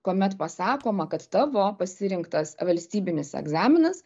kuomet pasakoma kad tavo pasirinktas valstybinis egzaminas